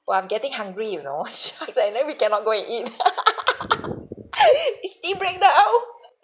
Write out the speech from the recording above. !wah! I'm getting hungry you know shucks and then we cannot go and eat it's tea break now